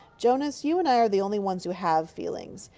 jonas, you and i are the only ones who have feelings.